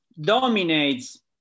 dominates